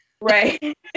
right